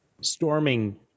storming